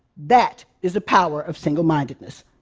that is the power of single-mindedness.